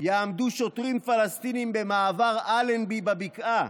יעמדו שוטרים פלסטינים במעבר אלנבי בבקעה.